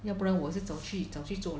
要不然我是早去早去做